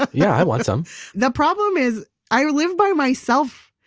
yeah, i want some the problem is i live by myself.